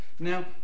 Now